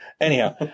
Anyhow